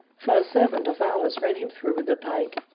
for a servant of ours ran him through with a pike.